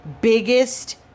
biggest